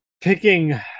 picking